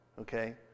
okay